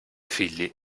figli